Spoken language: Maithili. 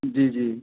जी जी